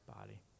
body